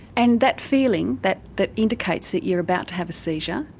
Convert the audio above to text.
and that feeling, that that indicates that you're about to have a seizure,